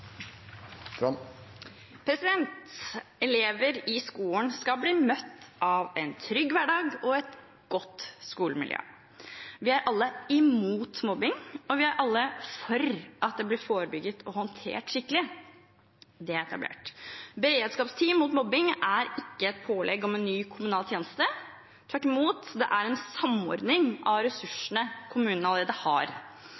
Elever i skolen skal bli møtt av en trygg hverdag og et godt skolemiljø. Vi er alle imot mobbing og vi er alle for at det blir forebygget og håndtert skikkelig. Det er etablert. Beredskapsteam mot mobbing er ikke et pålegg om en ny kommunal tjeneste. Tvert imot er det en samordning av